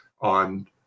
on